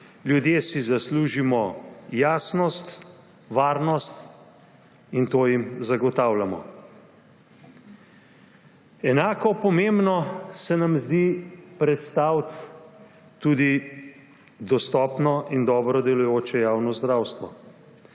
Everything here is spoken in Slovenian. Ljudje si zaslužimo jasnost, varnost; in to jim zagotavljamo. Enako pomembno se nam zdi predstaviti tudi dostopno in dobro delujoče javno zdravstvo